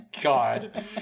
God